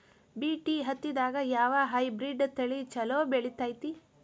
BT ಹತ್ತಿದಾಗ ಯಾವ hybrid ತಳಿ ಛಲೋ ಬೆಳಿತೈತಿ?